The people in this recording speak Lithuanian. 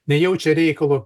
nejaučia reikalo